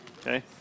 okay